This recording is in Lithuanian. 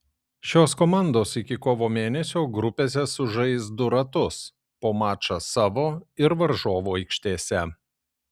šios komandos iki kovo mėnesio grupėse sužais du ratus po mačą savo ir varžovų aikštėse